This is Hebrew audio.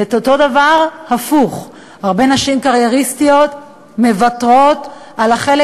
ואותו הדבר הפוך: הרבה נשים קרייריסטיות מוותרות על החלק